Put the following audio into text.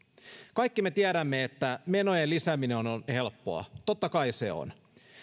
kaikki me tiedämme että menojen lisääminen on on helppoa totta kai se on